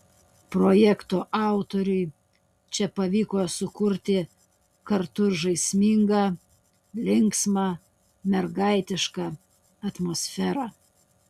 projekto autoriui čia pavyko sukurti kartu ir žaismingą linksmą mergaitišką atmosferą